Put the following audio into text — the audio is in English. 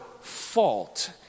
fault